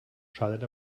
schadet